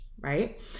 right